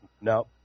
No